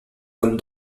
comme